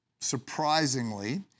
surprisingly